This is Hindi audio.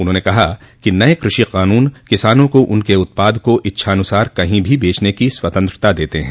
उन्होंने कहा कि नए कृषि कानून किसानों को उनके उत्पाद को इच्छानुसार कहीं भी बेचने की स्वतंत्रता देते हैं